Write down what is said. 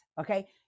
okay